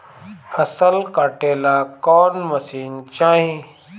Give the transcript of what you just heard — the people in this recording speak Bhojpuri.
फसल काटेला कौन मशीन चाही?